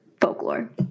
Folklore